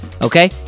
Okay